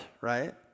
right